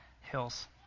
hills